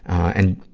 and,